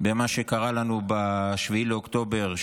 במה שקרה לנו ב-7 באוקטובר,